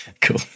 Cool